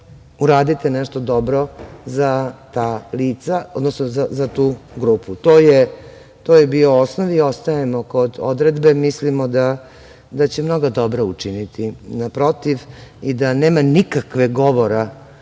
uradite nešto dobro za ta lica, odnosno za tu grupu. To je bio osnov i ostajemo kod odredbe. Mislimo da će mnoga dobra učiniti, naprotiv i da nema nikakvog govora